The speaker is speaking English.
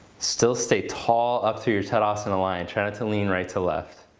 still stay tall up through your tadasana line. try not to lean right to left.